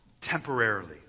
temporarily